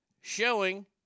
showing